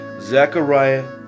Zechariah